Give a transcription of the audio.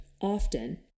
often